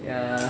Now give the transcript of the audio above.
ya